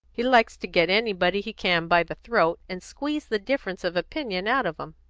he likes to get anybody he can by the throat, and squeeze the difference of opinion out of em.